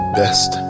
best